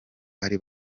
ari